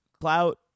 clout